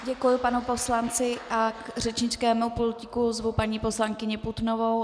Děkuji panu poslanci a k řečnickému pultíku zvu paní poslankyni Putnovou.